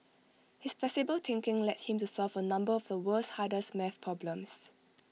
his flexible thinking led him to solve A number of the world's hardest math problems